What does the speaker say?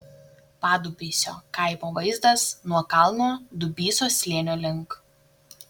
padubysio kaimo vaizdas nuo kalno dubysos slėnio link